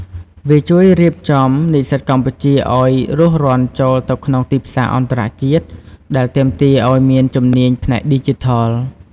វាជួយរៀបចំនិស្សិតកម្ពុជាឱ្យរួសរាន់ចូលទៅក្នុងទីផ្សារអន្តរជាតិ ដែលទាមទារឱ្យមានជំនាញផ្នែកឌីជីថល។